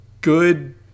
good